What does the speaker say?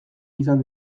izan